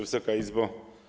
Wysoka Izbo!